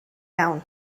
iawn